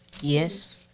Yes